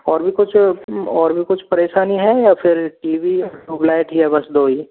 और भी कुछ और भी कुछ परेशानी है या फिर टी वी और ट्यूबलाइट ही है बस दो ही